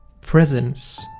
presence